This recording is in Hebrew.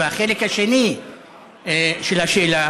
והחלק השני של השאלה